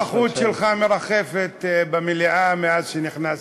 הנוכחות שלך מרחפת במליאה מאז נכנסתי,